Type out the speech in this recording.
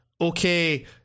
okay